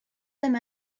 them